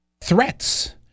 threats